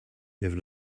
have